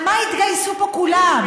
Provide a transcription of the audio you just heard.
למה התגייסו פה כולם?